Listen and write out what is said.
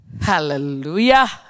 Hallelujah